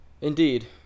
Indeed